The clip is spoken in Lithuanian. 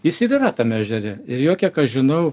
jis ir yra tame ežere ir jo kiek aš žinau